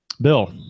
Bill